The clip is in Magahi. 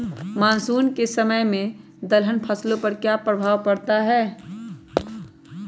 मानसून के समय में दलहन फसलो पर क्या प्रभाव पड़ता हैँ?